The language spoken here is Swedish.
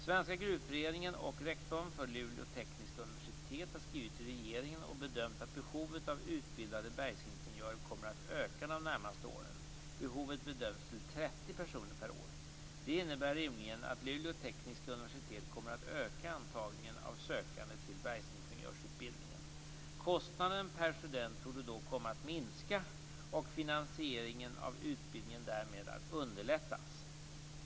Svenska gruvföreningen och rektorn för Luleå tekniska universitet har skrivit till regeringen och bedömt att behovet av utbildade bergsingenjörer kommer att öka de närmaste åren. Behovet bedöms till 30 personer per år. Det innebär rimligen att Luleå tekniska universitet kommer att öka antagningen av sökande till bergsingenjörsutbildningen. Kostnaden per student torde då komma att minska och finansieringen av utbildningen därmed att underlättas.